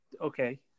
Okay